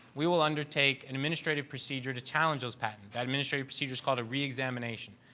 we will undertake an administrative procedure to challenges patent. that administrative procedure is called a reexamination.